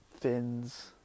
fins